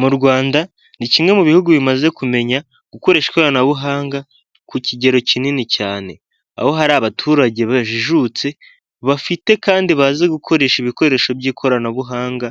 Mu Rwanda ni kimwe mu bihugu bimaze kumenya gukoresha ikoranabuhanga ku kigero kinini cyane aho hari abaturage bajijutse bafite kandi bazi gukoresha ibikoresho by'ikoranabuhanga